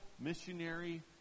missionary